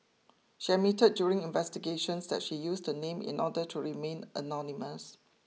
she admitted during investigations that she used the name in order to remain anonymous